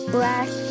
Black